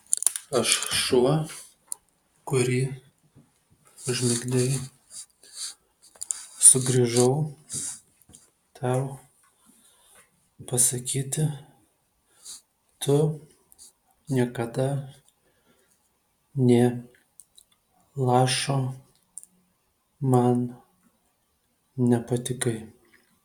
aš šuo kurį užmigdei sugrįžau tau pasakyti tu niekada nė lašo man nepatikai